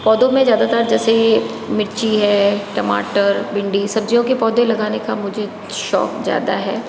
पौधों में ज़्यादातर जैसे मिर्ची है टमाटर भिंडी सब्जियों के पौधे लगाने का मुझे शौक ज़्यादा है